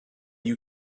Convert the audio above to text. you